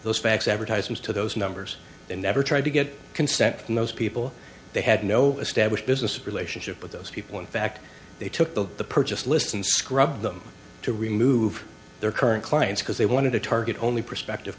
those facts advertisements to those numbers and never tried to get consent from those people they had no established business relationship with those people in fact they took the the purchased lists and scrubbed them to remove their current clients because they wanted to target only prospective